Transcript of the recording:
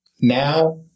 now